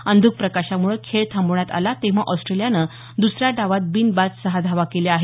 अंधूक प्रकाशाम्ळं खेळ थांबवण्यात आला तेंव्हा ऑस्ट्रेलियानं दुसऱ्या डावात बिनबाद सहा धावा केल्या आहेत